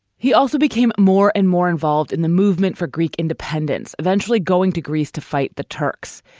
he also became more and more involved in the movement for greek independence, eventually going to greece to fight the turks.